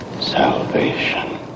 salvation